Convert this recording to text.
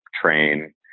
train